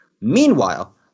Meanwhile